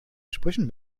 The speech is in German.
sprüchen